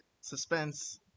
suspense